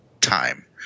time